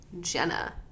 Jenna